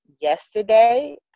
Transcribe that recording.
yesterday